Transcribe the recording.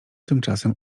tymczasem